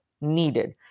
needed